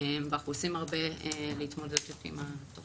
ואנחנו עושים הרבה להתמודדות עם התופעה.